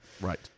Right